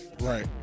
Right